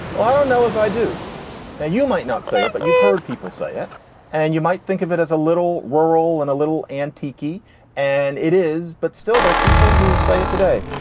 i don't know as i do now, you might not say it, but you've heard people say it and you might think of it as a little rural and a little antique. and it is. but still, there are people who say it today.